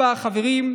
הבה, חברים,